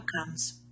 outcomes